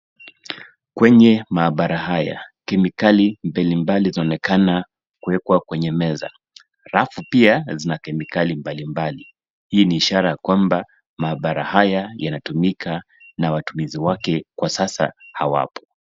Kwenye maabara haya, Kemikali mbalimbali zaonekana kuwekwa kwenye meza. Rafu pia zina kemikali mbalimbali. Hii ni ishara ya kwamba maabara haya yanatumika na watumizi wake kwa sasa hawapo.